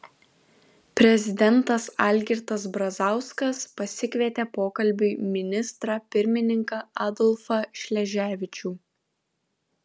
prezidentas algirdas brazauskas pasikvietė pokalbiui ministrą pirmininką adolfą šleževičių